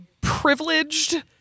privileged